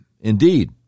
Indeed